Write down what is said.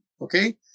okay